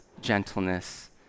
gentleness